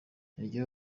iryo